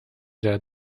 der